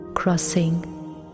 Crossing